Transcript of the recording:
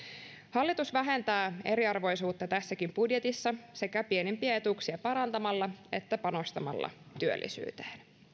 hallitus vähentää eriarvoisuutta tässäkin budjetissa sekä pienimpiä etuuksia parantamalla että panostamalla työllisyyteen